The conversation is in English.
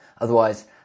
Otherwise